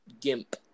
GIMP